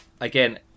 Again